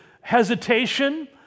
hesitation